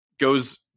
Goes